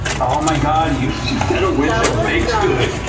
oh my god, you fed a witch a baked good,